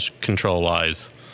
control-wise